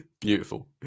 Beautiful